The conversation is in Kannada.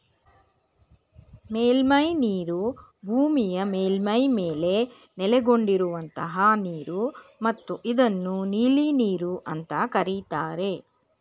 ಮೇಲ್ಮೈನೀರು ಭೂಮಿಯ ಮೇಲ್ಮೈ ಮೇಲೆ ನೆಲೆಗೊಂಡಿರುವಂತಹ ನೀರು ಮತ್ತು ಇದನ್ನು ನೀಲಿನೀರು ಅಂತ ಕರೀತಾರೆ